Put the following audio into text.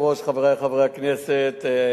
קולקטיבית של הערבים,